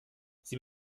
sie